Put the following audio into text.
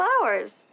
flowers